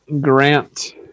grant